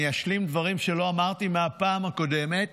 אני אשלים דברים שלא אמרתי בפעם הקודמת.